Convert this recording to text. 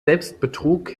selbstbetrug